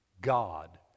God